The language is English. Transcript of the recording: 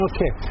Okay